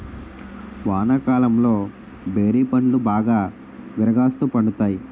వానాకాలంలో బేరి పండ్లు బాగా విరాగాస్తు పండుతాయి